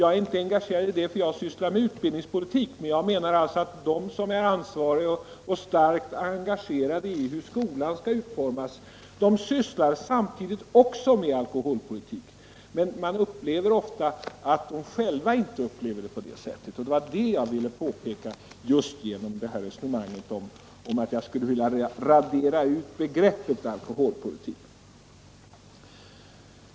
Jag är inte engagerad i det eftersom jag sysslar med utbildningspolitik. Jag menar att de som är ansvariga och starkt engagerade i hur skolan skall utformas sysslar samtidigt med alkoholpolitik. Men man märker ofta att de själva inte upplever det på det sättet. Det var detta jag ville påpeka just genom resonemanget att jag skulle vilja radera ut begreppet alkoholpolitik.